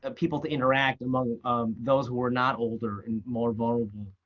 ah people to interact among those who were not older and more vulnerable.